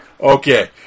Okay